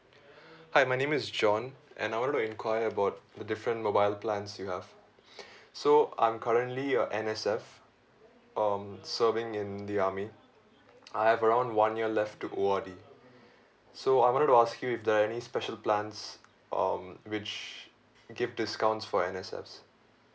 hi my name is john and I want to inquire about the different mobile plans you have so I'm currently a N_S_F um serving in the army I have around one year left to O_R_D so I wanted to ask you if there are any special plans um which give discounts for N_S_Fs